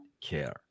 care